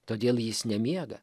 todėl jis nemiega